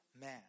man